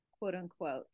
quote-unquote